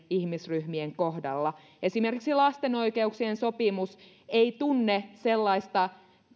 ihmisryhmien kohdalla esimerkiksi lasten oikeuksien sopimus ei tunne sellaista